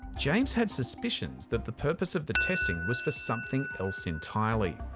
james had suspicions that the purpose of the testing was for something else entirely.